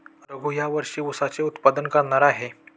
रघू या वर्षी ऊसाचे उत्पादन करणार आहे